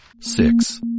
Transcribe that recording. six